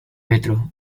metro